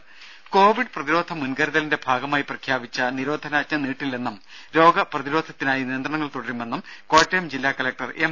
രുമ കോവിഡ് പ്രതിരോധ മുൻകരുതലിന്റെ ഭാഗമായി പ്രഖ്യാപിച്ച നിരോധനാജ്ഞ നീട്ടില്ലെന്നും രോഗ പ്രതിരോധത്തിനായി നിയന്ത്രണങ്ങൾ തുടരുമെന്നും കോട്ടയം ജില്ലാ കലക്ടർ എം